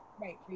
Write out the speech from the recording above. Right